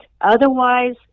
otherwise